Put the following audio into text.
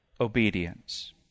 obedience